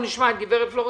תיכף נשמע את גברת פלורנטין,